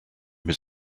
his